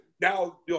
now